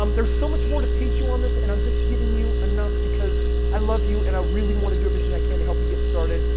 um there's so much more to teach you on this and i'm just giving you enough because i love you and i really want to do everything i can to help you get started.